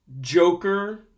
Joker